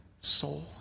soul